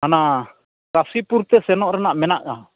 ᱥᱟᱱᱟ ᱠᱟᱹᱥᱤ ᱯᱩᱨᱛᱮ ᱥᱮᱱᱚᱜ ᱮᱱᱟᱜ ᱢᱮᱱᱟᱜᱼᱟ